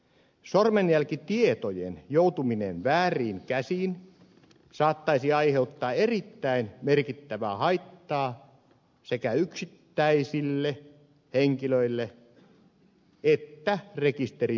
sormenjälkitietojen joutuminen vääriin käsiin saattaisi aiheuttaa erittäin merkittävää haittaa sekä yksittäisille henkilöille että rekisterin luotettavuudelle